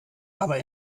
aber